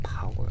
power